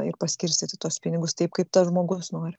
ir paskirstyti tuos pinigus taip kaip tas žmogus nori